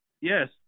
Yes